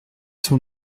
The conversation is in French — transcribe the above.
sont